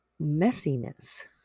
messiness